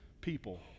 people